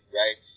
right